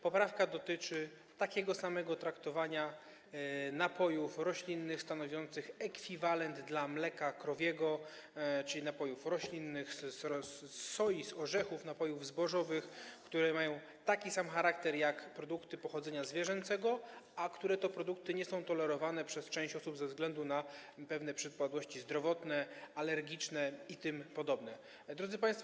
Poprawka dotyczy takiego samego traktowania napojów roślinnych stanowiących ekwiwalent mleka krowiego, czyli napojów roślinnych z soi, z orzechów, napojów zbożowych, które mają taki sam charakter jak produkty pochodzenia zwierzęcego, które to produkty nie są tolerowane przez część osób ze względu na pewne przypadłości zdrowotne, alergiczne itp. Drodzy Państwo!